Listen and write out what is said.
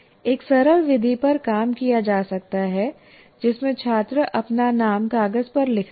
एक सरल विधि पर काम किया जा सकता है जिसमें छात्र अपना नाम कागज पर लिखता है